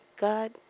God